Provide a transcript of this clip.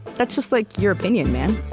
that's just, like, your opinion, man